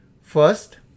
First